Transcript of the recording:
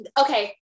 okay